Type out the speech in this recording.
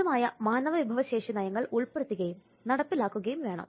ഉചിതമായ മാനവവിഭവശേഷി നയങ്ങൾ ഉൾപ്പെടുത്തുകയും നടപ്പിലാക്കുകയും വേണം